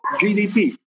GDP